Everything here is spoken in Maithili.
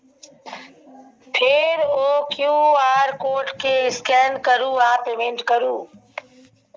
फेर ओ क्यु.आर कोड केँ स्कैन करु आ पेमेंट करु